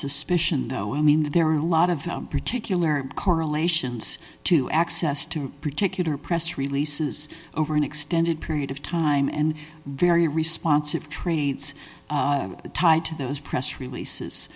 suspicion though i mean there are a lot of them particular correlations to access to a particular press releases over an extended period of time and very responsive trades tied to those press